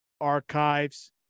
Archives